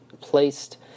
placed